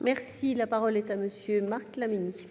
La parole est à M. Marc Laménie,